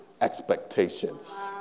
expectations